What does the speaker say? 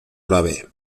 grave